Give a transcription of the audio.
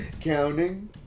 Counting